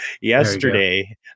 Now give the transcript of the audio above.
yesterday